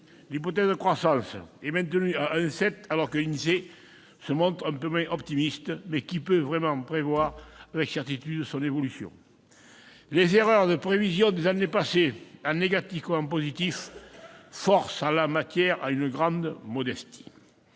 L'hypothèse de croissance est maintenue à 1,7 %, alors que l'INSEE se montre un peu moins optimiste, mais qui peut vraiment prévoir avec certitude son évolution ? Les erreurs de prévision des années passées, en négatif comme en positif, forcent, en la matière, à une grande modestie.